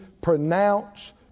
pronounce